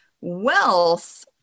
Wealth